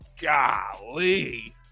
golly